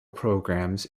programmes